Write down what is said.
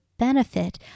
benefit